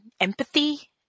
empathy